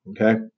Okay